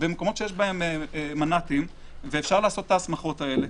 במקומות שיש בהם מנ"תים ואפשר לעשות את הסמכויות האלה,